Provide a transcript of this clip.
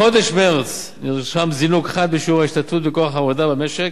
בחודש מרס נרשם זינוק חד בשיעור ההשתתפות בכוח העבודה במשק,